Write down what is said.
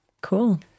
cool